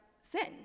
sin